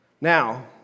Now